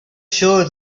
sure